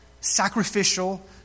sacrificial